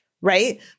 right